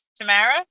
Tamara